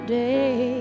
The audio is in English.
day